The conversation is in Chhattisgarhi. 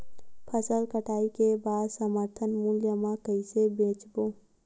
फसल कटाई के बाद समर्थन मूल्य मा कइसे बेचबो?